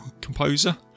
composer